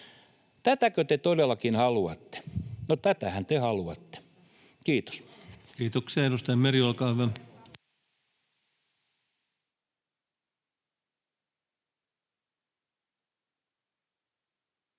Tätäkö te todellakin haluatte? No tätähän te haluatte. — Kiitos. [Jenni Pitko: Ei kukaan